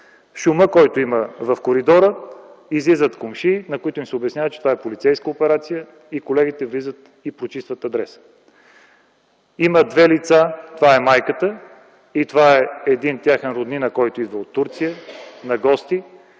шума, който има в коридора, излизат комшии, на които им се обяснява, че това е полицейска операция. Колегите влизат и прочистват адреса. Има две лица – това е майката и един техен роднина, който идва на гости